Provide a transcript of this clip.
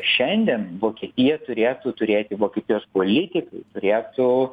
šiandien vokietija turėtų turėti vokietijos politikai turėtų